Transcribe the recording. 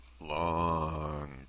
long